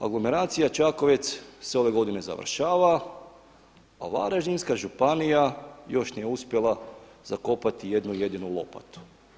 Anglomeracija Čakovec se ove godine završava, a Varaždinska županija još nije uspjela zakopati jednu jedinu lopatu.